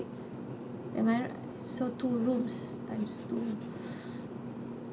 am I right so two rooms times two